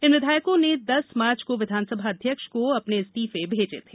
इन विधायकों ने दस मार्च को विधानसभा अध्यक्ष को अपने इस्तीफे भेजे थे